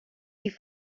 die